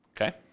Okay